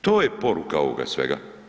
To je poruka ovoga svega.